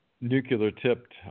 nuclear-tipped